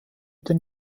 den